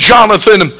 Jonathan